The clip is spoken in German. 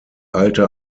alte